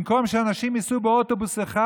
במקום שאנשים ייסעו באוטובוס אחד,